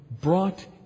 brought